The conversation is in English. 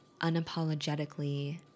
unapologetically